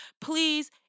Please